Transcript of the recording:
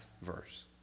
verse